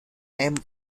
named